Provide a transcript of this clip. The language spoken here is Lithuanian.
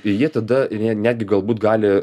ir jie tada ir jie netgi galbūt gali